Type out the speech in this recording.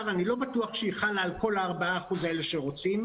אני לא בטוח שהיא חלה על כל ה-4% האלה שרוצים.